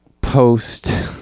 post